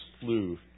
slew